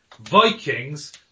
Vikings